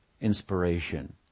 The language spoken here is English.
inspiration